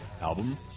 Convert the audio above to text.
album